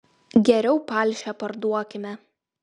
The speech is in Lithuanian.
geriau palšę parduokime